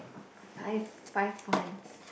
five five points